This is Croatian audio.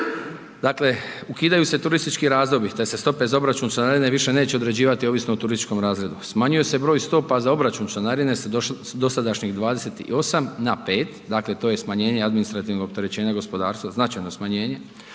Dakle, ukidaju se turistički razredi te se stope za obračun članarine više neće određivati ovisno o turističkom razredu. Smanjuje se broj stopa za obračun članarine s dosadašnjih 28 na 5, dakle to je smanjenje administrativnog opterećenja gospodarstva, značajno smanjenje.